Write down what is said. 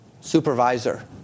supervisor